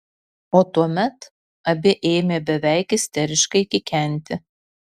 o tuomet abi ėmė beveik isteriškai kikenti